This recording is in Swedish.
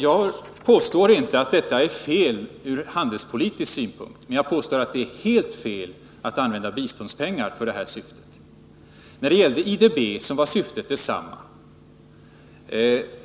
Jag påstår inte att detta är fel ur handelspolitisk synpunkt, men jag påstår att det är helt fel att använda biståndspengar för det här syftet. När det gällde IDB var syftet detsamma.